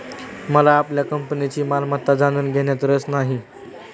मला आपल्या कंपनीची मालमत्ता जाणून घेण्यात रस नाही